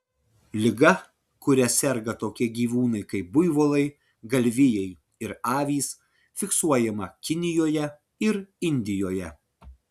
liga kuria serga tokie gyvūnai kaip buivolai galvijai ir avys fiksuojama kinijoje ir indijoje